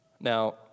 Now